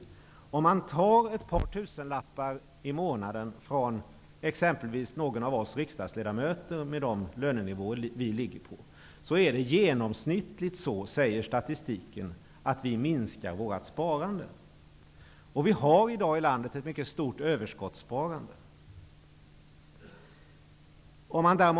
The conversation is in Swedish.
Statistiken säger att om man tar ett par tusenlappar i månaden från exempelvis oss riksdagsledamöter, med de lönenivåer som vi har, minskar vi genomsnittligt vårt sparande. Vi har i dag ett mycket stort överskottssparande i vårt land.